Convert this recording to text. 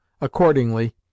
Accordingly